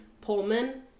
Pullman